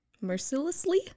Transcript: Mercilessly